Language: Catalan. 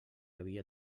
havia